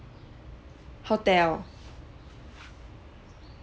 hotel